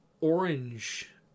orange